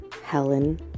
Helen